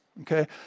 Okay